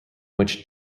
which